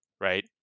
right